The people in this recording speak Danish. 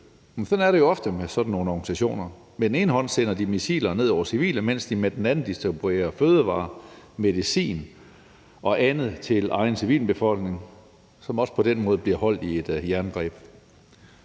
sådan er det jo ofte med sådan nogle organisationer. Med den ene hånd sender de missiler ned over civile, mens de med den anden distribuerer fødevarer, medicin og andet til sin egen civilbefolkning, som også på den måde bliver holdt i et jerngreb.